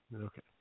Okay